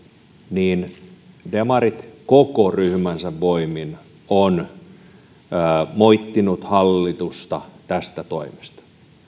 niin demarit koko ryhmänsä voimin ovat moittineet hallitusta tästä toimesta